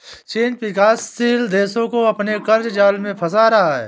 चीन विकासशील देशो को अपने क़र्ज़ जाल में फंसा रहा है